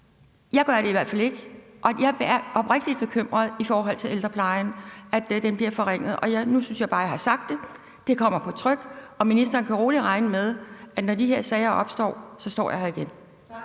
jeg gør det i hvert fald ikke, men jeg er oprigtigt bekymret for ældreplejen og for, at den bliver forringet. Nu synes jeg bare, jeg har sagt det. Det kommer på tryk, og ministeren kan roligt regne med, at når de her sager opstår, står jeg her igen.